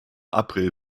april